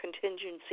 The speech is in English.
contingency